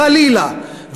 חלילה,